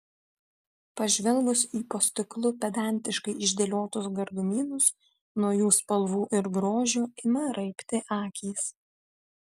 pažvelgus į po stiklu pedantiškai išdėliotus gardumynus nuo jų spalvų ir grožio ima raibti akys